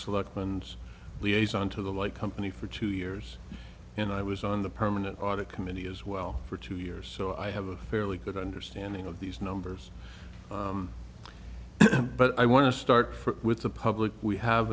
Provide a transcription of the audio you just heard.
selectmen and liaison to the light company for two years and i was on the permanent audit committee as well for two years so i have a fairly good understanding of these numbers but i want to start with the public we have